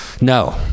No